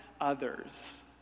others